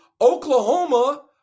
Oklahoma